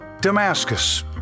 Damascus